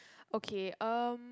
okay um